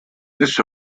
this